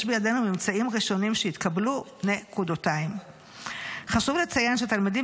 יש בידינו ממצאים ראשונים שהתקבלו: חשוב לציין שהתלמידים